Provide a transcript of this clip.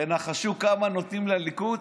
תנחשו כמה נותנים לליכוד?